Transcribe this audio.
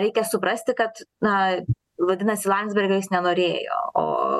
reikia suprasti kad na vadinasi landsbergio jis nenorėjo o